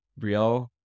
Brielle